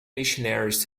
missionaries